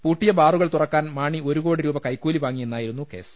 പൂട്ടിയ ബാറുകൾ തുറക്കാൻ മാണി ഒരു കോടി രൂപ കൈക്കൂലി വാങ്ങിയെന്നായിരുന്നു കേസ്